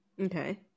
Okay